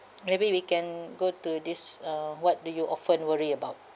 maybe we can go to this uh what do you often worry about